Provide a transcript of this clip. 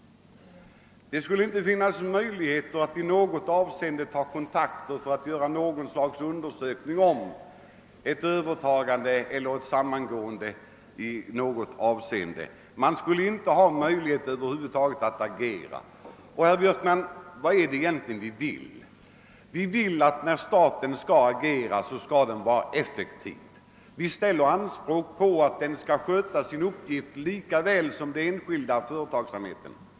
Under den tiden skulle det inte finnas möjligheter att ta några kontakter för att undersöka möjligheterna till ett övertagande eller ett samgående. Man skulle över huvud taget inte ha möjlighet att agera. Vad är det egentligen vi vill, herr Björkman? Jo, vi vill att staten skall vara effektiv när den agerar. Vi ställer anspråk på att den skall sköta sina uppgifter lika väl som den enskilda företagsamheten.